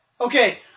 Okay